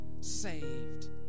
saved